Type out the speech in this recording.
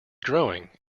growing